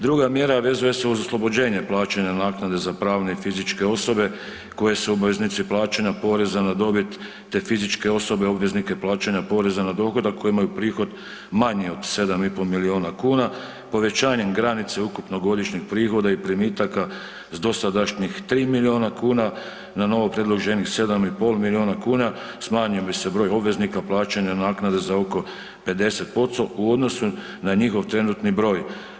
Druga mjera vezuje se uz oslobođenje plaćanja naknade za pravne i fizičke osobe koje su obveznici plaćanja poreza na dobit te fizičke osobe, obveznike plaćanja poreza na dohodak koje imaju prihod manji od 7,5 milijuna kuna, povećanjem granice ukupnog godišnjeg prihoda i primitaka s dosadašnjih 3 milijuna kuna na novo predloženih 7,5 milijuna kuna, smanjio bi se broj obveznika plaćanja naknade za oko 50% u odnosu na njihov trenutni broj.